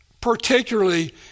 particularly